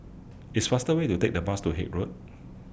It's faster Way to Take The Bus to Haig Road